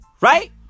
Right